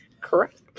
Correct